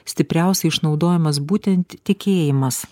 stipriausiai išnaudojamas būtent tikėjimas